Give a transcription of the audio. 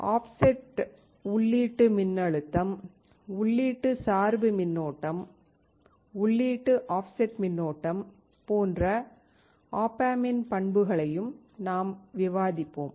offset உள்ளீட்டு மின்னழுத்தம் உள்ளீட்டு சார்பு மின்னோட்டம் உள்ளீட்டு ஆஃப்செட் மின்னோட்டம் போன்ற ஒப் ஆம்பின் பண்புகளையும் நாம் விவாதிப்போம்